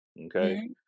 Okay